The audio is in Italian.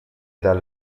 dal